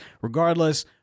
regardless